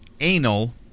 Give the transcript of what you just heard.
Anal